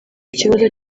ikibazo